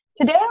Today